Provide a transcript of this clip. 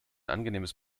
angenehmes